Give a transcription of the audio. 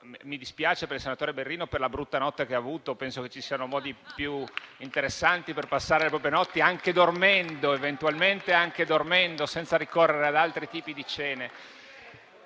mi dispiace per il senatore Berrino per la brutta notte che ha avuto. Penso che ci siano modi più interessanti per passare le proprie notti, anche dormendo eventualmente, senza ricorrere ad altri tipi di cene.